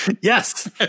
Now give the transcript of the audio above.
Yes